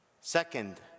Second